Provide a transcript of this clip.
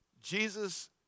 Jesus